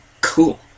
cool